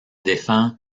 défend